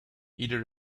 either